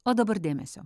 o dabar dėmesio